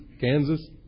Kansas